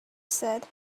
said